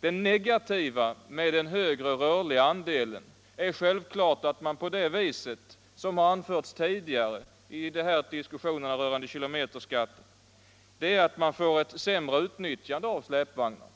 Det negativa med den högre rörliga andelen är självfallet, som har anförts tidigare i diskusionerna rörande kilometerskatten, att man på det viset får ett sämre utnyttjande av släpvagnarna.